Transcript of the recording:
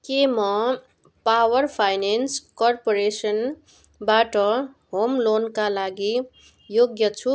के म power finance कर्पोरेसनबाट होम लोनका लागि योग्य छु